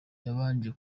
yabanje